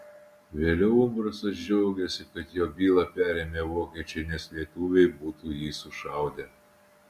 vėliau umbrasas džiaugėsi kad jo bylą perėmė vokiečiai nes lietuviai būtų jį sušaudę